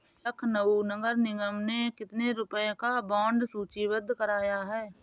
लखनऊ नगर निगम ने कितने रुपए का बॉन्ड सूचीबद्ध कराया है?